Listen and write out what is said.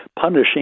punishing